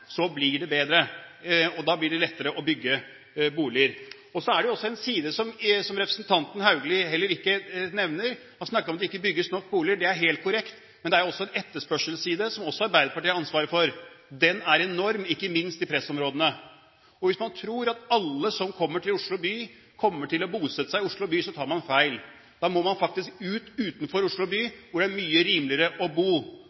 Så blir det bedre, og da blir det lettere å bygge boliger. Så er det en side som representanten Haugli heller ikke nevner. Han snakker om at det ikke bygges nok boliger. Det er helt korrekt. Men det er jo også en etterspørselsside som også Arbeiderpartiet har ansvaret for. Etterspørselen er enorm, ikke minst i pressområdene. Hvis man tror at alle som kommer til Oslo by, kommer til å bosette seg i Oslo by, tar man feil. Da må man faktisk ut, utenfor Oslo by, hvor det er mye rimeligere å bo.